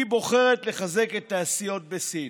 היא בוחרת לחזק תעשיות בסין.